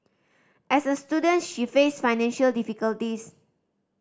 as a student she faced financial difficulties